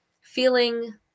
feeling